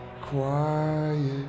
quiet